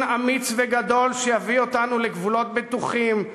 אמיץ וגדול שיביא אותנו לגבולות בטוחים,